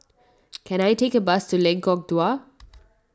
can I take a bus to Lengkok Dua